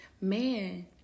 man